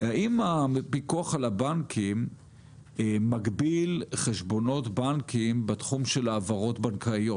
האם הפיקוח על הבנקים מגביל חשבונות בנקים בתחום של העברות בנקאיות.